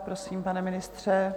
Prosím, pane ministře.